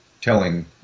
telling